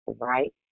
right